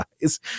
guys